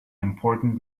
important